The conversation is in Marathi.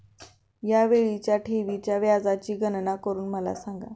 या वेळीच्या ठेवीच्या व्याजाची गणना करून मला सांगा